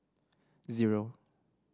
zero